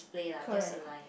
correct